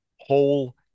whole